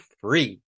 free